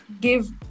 give